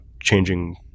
changing